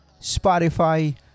Spotify